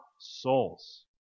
souls